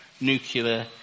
nuclear